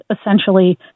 essentially